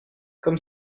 comme